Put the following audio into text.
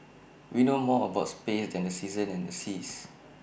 we know more about space than the seasons and the seas